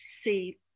see